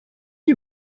you